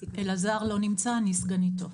אלעזר לא נמצא, אני סגניתו.